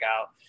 out